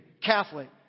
Catholic